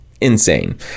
insane